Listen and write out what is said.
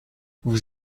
vous